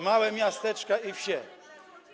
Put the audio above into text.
małe miasteczka i wsie.